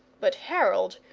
but harold,